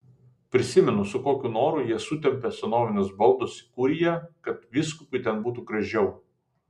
prisimenu su kokiu noru jis sutempė senovinius baldus į kuriją kad vyskupui ten būtų gražiau